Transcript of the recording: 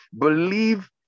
Believe